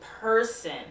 person